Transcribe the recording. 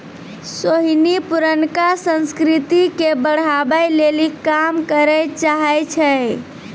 सोहिनी पुरानका संस्कृति के बढ़ाबै लेली काम करै चाहै छै